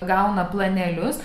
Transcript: gauna planelius